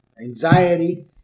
anxiety